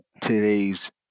today's